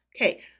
Okay